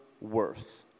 worth